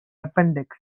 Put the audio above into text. appendix